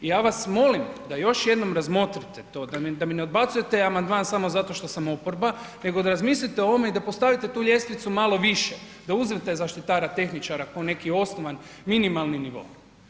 I ja vas molim da još jednom razmotrite to, da mi ne odbacujete amandman samo zato što sam oporba nego da razmislite o ovome i da postavite tu ljestvicu malo više, da uzmete zaštitara, tehničara kao neki osnovan minimalni nivo.